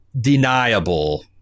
deniable